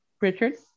Richard